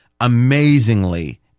amazingly